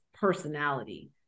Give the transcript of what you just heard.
personality